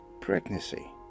pregnancy